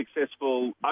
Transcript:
successful